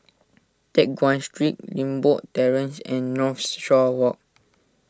Teck Guan Street Limbok Terrace and Northshore Walk